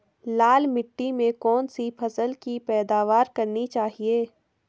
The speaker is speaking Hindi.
लाल मिट्टी में कौन सी फसल की पैदावार करनी चाहिए?